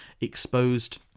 exposed